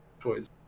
toys